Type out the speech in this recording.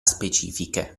specifiche